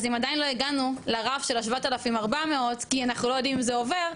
אז אם עדיין לא הגענו לרף של ה- 7,400 ₪ כי אנחנו לא יודעים אם זה עובר,